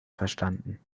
verstanden